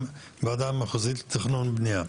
גם מהוועדה המחוזית לתכנון ובנייה,